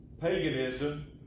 Paganism